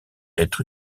être